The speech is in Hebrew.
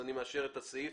אני מאשר את הסעיף.